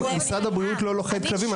משרד הבריאות לא לוכד כלבים,